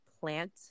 plant